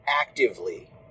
actively